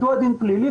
מדוע דין פלילי?